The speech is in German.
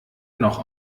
noch